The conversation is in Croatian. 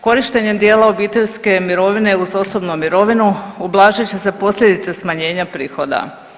Korištenjem dijela obiteljske mirovine uz osobnu mirovinu ublažit će se posljedice smanjenja prihoda.